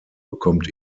bekommt